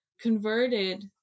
converted